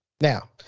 Now